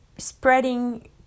spreading